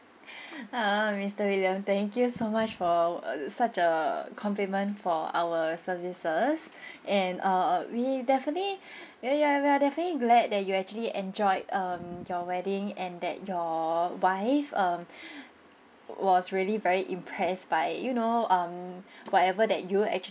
ah mister william thank you so much for err such a compliment for our services and err we definitely ya ya we definitely glad that you actually enjoyed um your wedding and that your wife uh was really very impressed by you know um whatever that you actually